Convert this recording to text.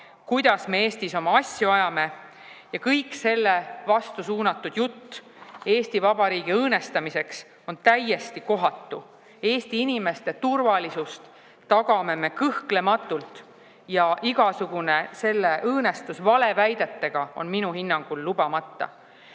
kuidas me Eestis oma asju ajame. Ja kõik selle vastu suunatud jutt Eesti Vabariigi õõnestamiseks on täiesti kohatu. Eesti inimeste turvalisust tagame me kõhklematult. Ja igasugune selle õõnestus valeväidetega on minu hinnangul lubamatu.